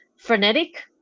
frenetic